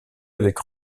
avec